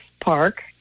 Park